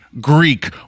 greek